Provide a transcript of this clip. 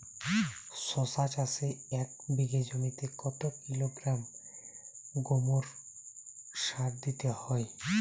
শশা চাষে এক বিঘে জমিতে কত কিলোগ্রাম গোমোর সার দিতে হয়?